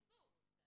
זה אסור, זה אסור.